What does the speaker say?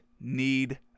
need